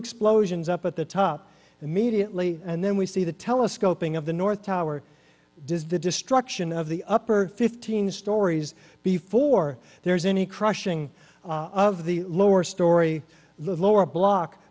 explosions up at the top immediately and then we see the telescoping of the north tower does the destruction of the upper fifteen stories before there is any crushing of the lower story lower block